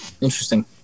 Interesting